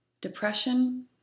Depression